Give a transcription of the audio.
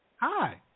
Hi